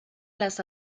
las